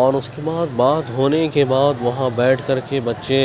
اور اس کے بعد بات ہونے کے بعد وہاں بیٹھ کر کے بچے